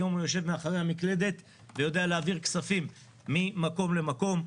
היום הוא יושב מאחורי המקלדת ויודע להעביר כספים ממקום למקום.